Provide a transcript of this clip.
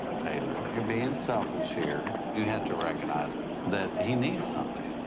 taylor, you're being selfish here. you have to recognize that he needs something.